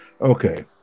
Okay